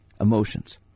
emotions